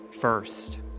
First